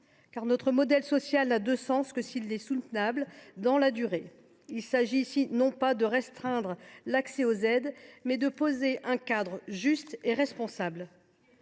Notre modèle social, en effet, n’a de sens que s’il est soutenable dans la durée. Il s’agit ici non pas de restreindre l’accès aux aides, mais de poser un cadre juste et responsable.